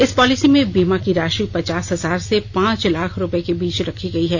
इस पॉलिसी में बीमा की राशि पचास हजार से पांच लाख रूपये के बीच रखी गई है